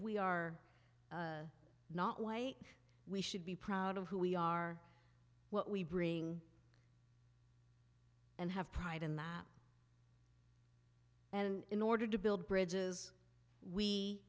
we are not white we should be proud of who we are what we bring and have pride in that and in order to build bridges we